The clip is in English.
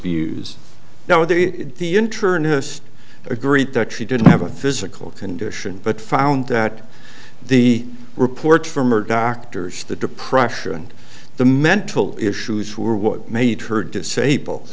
has agreed that she didn't have a physical condition but found that the reports from er doctors the depression and the mental issues were what made her disabled